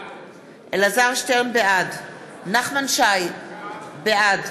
בעד נחמן שי, בעד